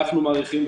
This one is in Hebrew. אנחנו מעריכים,